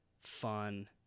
fun